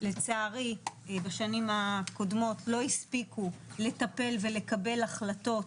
לצערי בשנים הקודמות לא הספיקו לטפל ולקבל החלטות